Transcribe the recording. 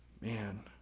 Man